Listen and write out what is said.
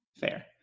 Fair